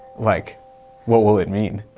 like what will it mean?